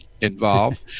involved